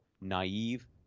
naive